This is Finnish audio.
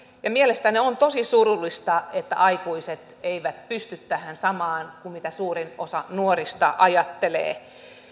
ja mielestäni on tosi surullista että aikuiset eivät pysty tähän samaan kuin mitä suurin osa nuorista ajattelee